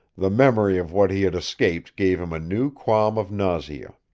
the memory of what he had escaped gave him a new qualm of nausea.